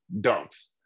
Dunks